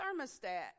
thermostat